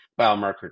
biomarker